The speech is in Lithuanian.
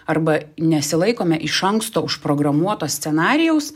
arba nesilaikome iš anksto užprogramuoto scenarijaus